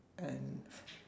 and just